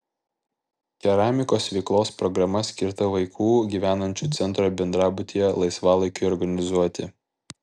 keramikos veiklos programa skirta vaikų gyvenančių centro bendrabutyje laisvalaikiui organizuoti